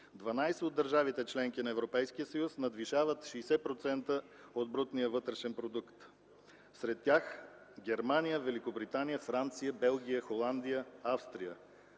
от държавите – членки на Европейския съюз, надвишават 60% от брутния вътрешен продукт. Сред тях са Германия, Великобритания, Франция, Белгия, Холандия и Австрия.